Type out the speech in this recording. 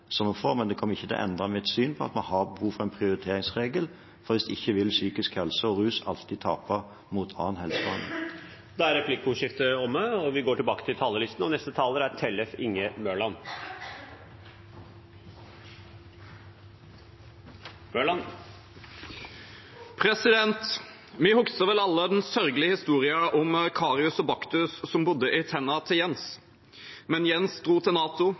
som vi får, men det kommer ikke til å endre mitt syn, at vi har behov for en prioriteringsregel. Hvis ikke vil psykisk helse og rus alltid tape mot annen helsebehandling. Replikkordskiftet er omme. Vi husker vel alle den sørgelige historien om Karius og Baktus som bodde i tennene til Jens. Men Jens dro til NATO,